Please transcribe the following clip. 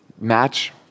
match